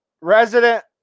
Resident